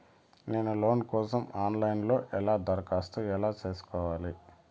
నేను లోను కోసం online లో ఎలా దరఖాస్తు ఎలా సేసుకోవాలి?